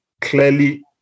clearly